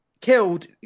killed